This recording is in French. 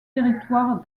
territoire